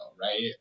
right